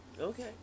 Okay